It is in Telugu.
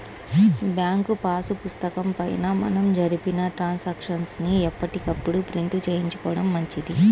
బ్యాంకు పాసు పుస్తకం పైన మనం జరిపిన ట్రాన్సాక్షన్స్ ని ఎప్పటికప్పుడు ప్రింట్ చేయించుకోడం మంచిది